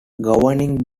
governing